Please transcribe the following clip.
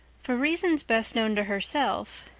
for reasons best known to herself,